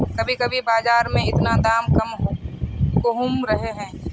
कभी कभी बाजार में इतना दाम कम कहुम रहे है?